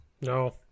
No